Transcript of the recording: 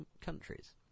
countries